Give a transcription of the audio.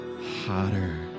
hotter